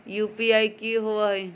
UPI कि होअ हई?